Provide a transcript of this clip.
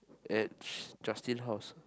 at justin's house